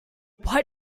why